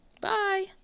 Bye